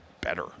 better